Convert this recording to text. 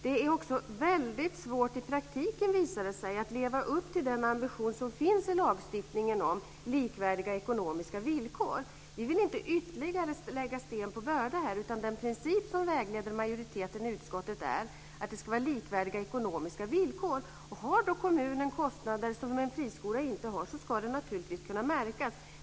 Det har också visat sig svårt att i praktiken leva upp till den ambition som finns i lagstiftningen om likvärdiga ekonomiska villkor. Vi vill inte lägga ytterligare sten på bördan. Den princip som vägleder majoriteten i utskottet är att det ska vara likvärdiga ekonomiska villkor. Om kommunen har kostnader som en friskola inte har ska det naturligtvis kunna märkas.